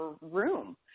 room